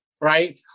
right